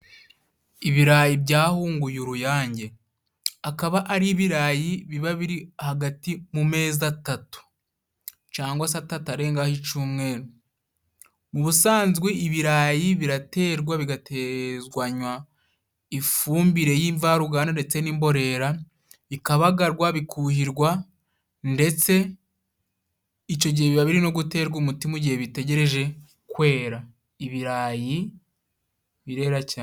Ibirayi byahunguye uruyange akaba ari ibirayi biba biri hagati mu mezi atatu cangwa si atatu arengaho icumweru, ubusanzwe ibirayi biraterwa bigatezanywa ifumbire y'imvaruganda ndetse n'imborera, bikabagarwa, bikuhirwa ndetse ico gihe biba biri no guterwa umuti mu gihe bitegereje kwera, ibirayi birera cane.